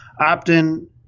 opt-in –